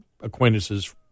acquaintances